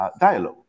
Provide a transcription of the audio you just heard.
dialogue